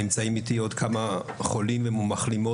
הנושא של מניעה שונה מגילוי מוקדם ושונה מטיפול.